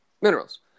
minerals